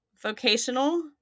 vocational